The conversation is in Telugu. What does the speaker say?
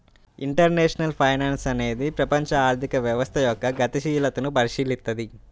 ఇంటర్నేషనల్ ఫైనాన్స్ అనేది ప్రపంచ ఆర్థిక వ్యవస్థ యొక్క గతిశీలతను పరిశీలిత్తది